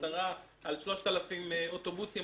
10 על 3,000 אוטובוסים.